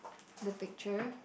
the picture